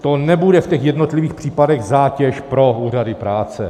To nebude v těch jednotlivých případech zátěž pro úřady práce.